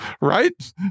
Right